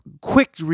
quick